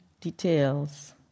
details